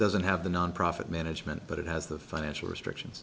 doesn't have the nonprofit management but it has the financial restrictions